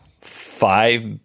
five